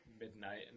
midnight